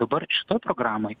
dabar šitoj programoj